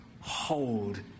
hold